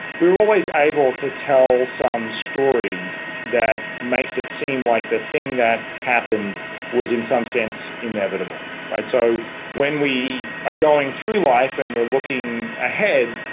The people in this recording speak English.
we are always able to tell some story that makes it seem like the thing that happened was in some sense inevitable. so when we are going through life and we are looking ahead,